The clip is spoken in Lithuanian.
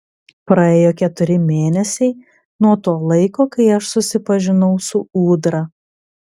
praėjo keturi mėnesiai nuo to laiko kai aš susipažinau su ūdra